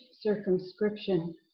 circumscription